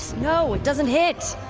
no, it doesn't hit.